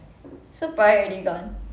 so probably already done